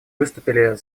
выступили